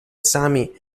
esami